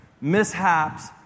mishaps